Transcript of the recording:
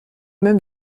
même